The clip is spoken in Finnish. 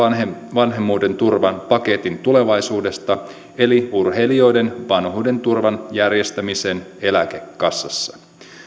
vanhuudenturvan paketin tulevaisuudesta eli urheilijoiden vanhuudenturvan järjestämisestä eläkekassassa